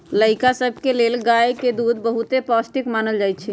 लइका सभके लेल गाय के दूध बहुते पौष्टिक मानल जाइ छइ